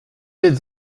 êtes